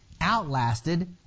outlasted